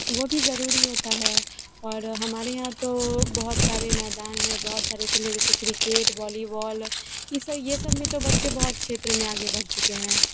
वह भी ज़रूरी होता है और हमारे यहाँ तो बहुत सारे मैदान हैं बहुत सारे फिले जैसे क्रिकेट वालीबॉल यह सब यह सब में तो बच्चे बहुत क्षेत्र में आगे बढ़ चुके हैं